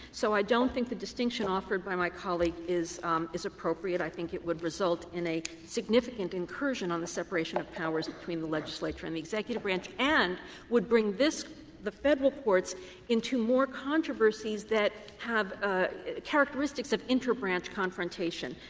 so i don't think the distinction offered by my colleague is is appropriate. i think it would result in a significant incursion on the separation of powers between the legislature and the executive branch, and would bring this the federal courts into more controversies that have ah characteristics of interbranch confrontation,